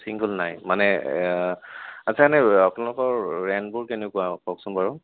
single নাই মানে আচ্ছা এনেই আপোনালোকৰ ৰেণ্টবোৰ কেনেকুৱা কওকচোন বাৰু